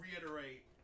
reiterate